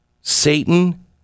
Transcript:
Satan